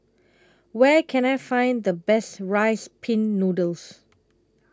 Where Can I Find The Best Rice Pin Noodles